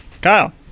Kyle